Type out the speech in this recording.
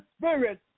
Spirit